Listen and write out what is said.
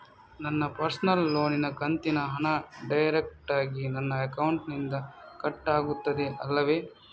ನನ್ನ ಪರ್ಸನಲ್ ಲೋನಿನ ಕಂತಿನ ಹಣ ಡೈರೆಕ್ಟಾಗಿ ನನ್ನ ಅಕೌಂಟಿನಿಂದ ಕಟ್ಟಾಗುತ್ತದೆ ಅಲ್ಲವೆ?